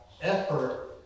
effort